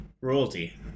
royalty